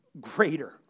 greater